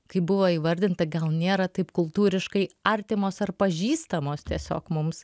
kaip buvo įvardinta gal nėra taip kultūriškai artimos ar pažįstamos tiesiog mums